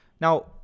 Now